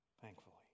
thankfully